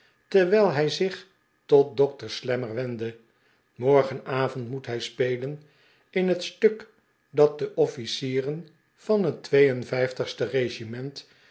terwijl hij zich tot dokter slammer wendae mbrgenavond moet hij spelen in het stuk dat de officieren van het twee en vijftigste regiment